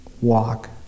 walk